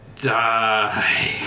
die